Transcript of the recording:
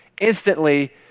instantly